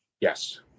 Yes